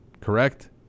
correct